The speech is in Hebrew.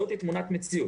זאת תמונת המציאות.